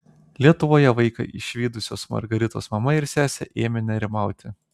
lietuvoje vaiką išvydusios margaritos mama ir sesė ėmė nerimauti